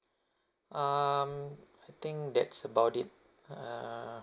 um I think that's about it err